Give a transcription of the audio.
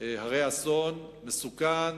הרה אסון, מסוכן,